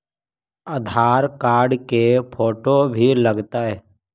आधार card के photo भी लग तै?